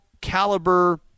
caliber